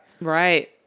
Right